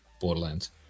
borderlands